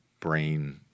brain